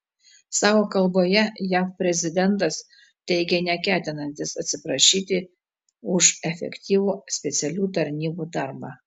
savo kalboje jav prezidentas teigė neketinantis atsiprašyti už efektyvų specialių tarnybų darbą